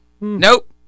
nope